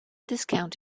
discount